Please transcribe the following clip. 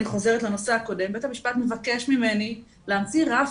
אני חוזרת לנושא הקודם - בית המשפט מבקש ממני להמציא רף